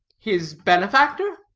his benefactor?